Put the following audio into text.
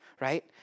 right